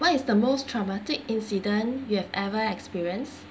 what is the most traumatic incident you have ever experience